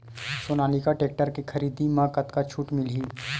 Sonalika tractor के खरीदी मा कतका छूट मीलही?